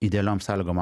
idealiom sąlygom